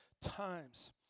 times